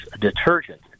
detergent